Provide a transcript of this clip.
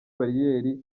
bariyeri